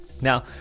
Now